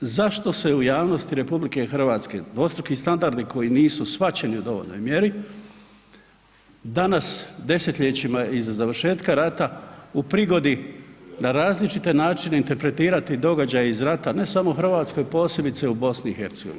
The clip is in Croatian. Zašto se u javnosti Republike Hrvatske dvostruki standardi koji nisu shvaćeni u dovoljnoj mjeri danas desetljećima iza završetka rata u prigodi na različite načine interpretirati događaje iz rata ne samo u Hrvatskoj, posebice u Bosni i Hercegovini?